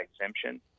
exemption